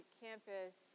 campus